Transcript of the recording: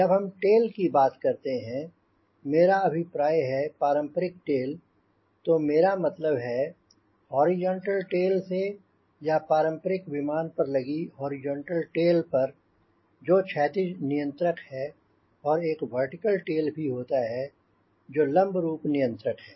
जब हम टेल की बात करते हैं मेरा अभिप्राय है पारंपरिक टेल तो मेरा मतलब है हॉरिजॉन्टल टेल से या पारंपरिक विमान पर लगी हॉरिजॉन्टल टेल पर जो क्षैतिज नियंत्रक है और एक वर्टिकल टेल भी होता है जो लंबरूप नियंत्रक है